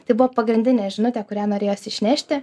tai buvo pagrindinė žinutė kurią norėjosi išnešti